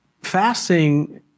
fasting